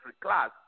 class